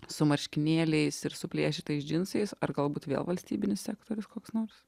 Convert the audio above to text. su marškinėliais ir suplėšytais džinsais ar galbūt vėl valstybinis sektorius koks nors